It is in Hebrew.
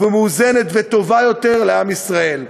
מאוזנת וטובה יותר לעם ישראל.